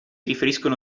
riferiscono